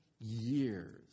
years